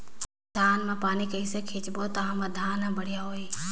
धान मा पानी कइसे सिंचबो ता हमर धन हर बढ़िया होही?